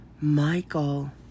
Michael